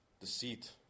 deceit